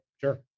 Sure